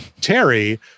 Terry